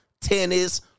tennis